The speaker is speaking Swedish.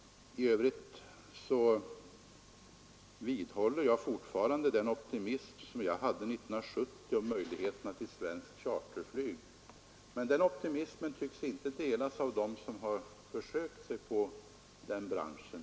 I övrigt vidhåller jag min optimism från 1970 om möjligheterna för svenskt charterflyg, men den optimismen tycks inte delas av dem som har försökt sig på den branschen.